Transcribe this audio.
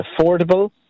affordable